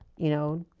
you know,